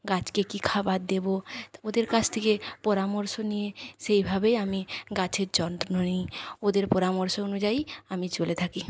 গাছকে কী খাবার দেবো ওদের কাছ থেকে পরামর্শ নিয়ে সেইভাবেই আমি গাছের যত্ন নি ওদের পরামর্শ অনুযায়ী আমি চলে থাকি